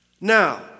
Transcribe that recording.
Now